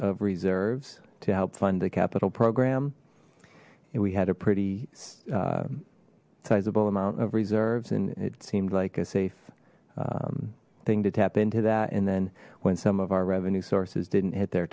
of reserves to help fund the capital program and we had a pretty sizable amount of reserves and it seemed like a safe thing to tap into that and then when some of our revenue sources didn't hit their